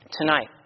Tonight